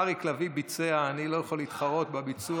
אריק לביא ביצע, אני לא יכול להתחרות בביצוע.